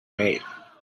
made